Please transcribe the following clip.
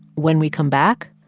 when we come back,